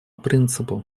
принципу